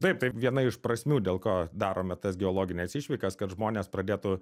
taip tai viena iš prasmių dėl ko darome tas geologines išvykas kad žmonės pradėtų